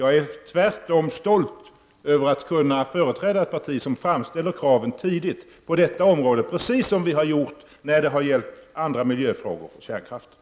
Jag är tvärtom stolt över att kunna företräda ett parti som framställer kraven tidigt på detta område, precis som vi har gjort när det gäller andra miljöfrågor och kärnkraften.